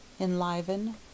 Enliven